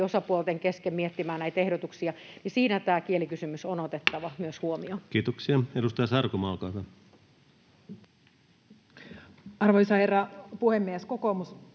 osapuolten kesken miettimään näitä ehdotuksia. Siinä myös tämä kielikysymys on otettava huomioon. Kiitoksia. — Edustaja Sarkomaa, olkaa hyvä. Arvoisa herra puhemies! Kokoomus